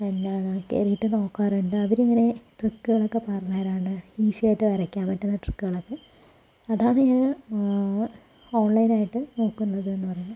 പിന്നെ കേറീട്ട് നോക്കാറുണ്ട് അവരിങ്ങനെ ട്രിക്കുകളൊക്കെ പറഞ്ഞു തരാറുണ്ട് ഈസിയായിട്ട് വരയ്ക്കാൻ പറ്റുന്ന ട്രിക്കുകളൊക്കെ അതാണ് ഞാന് ഓൺലിനായിട്ട് നോക്കുന്നത് എന്ന് പറയുന്നേ